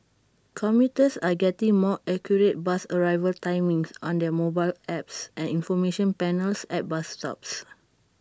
commuters are getting more accurate bus arrival timings on their mobile apps and information panels at bus stops